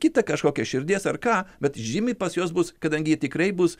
kitą kažkokią širdies ar ką bet žymiai pas juos bus kadangi jie tikrai bus